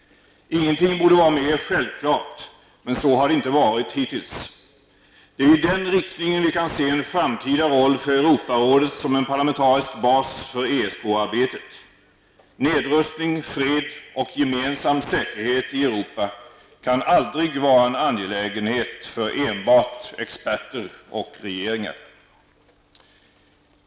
Ingenting borde vara mer självklart, men så har det inte varit hittills. Det är i den riktningen vi kan se en framtida roll för Europarådet som en parlamentarisk bas för ESK arbetet. Nedrustning, fred och gemensam säkerhet i Europa kan aldrig vara en angelägenhet för enbart experter och regeringar.